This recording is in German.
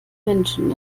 menschen